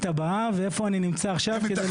הבאה ואיפה אני נמצא עכשיו כדי להספיק.